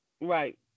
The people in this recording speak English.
Right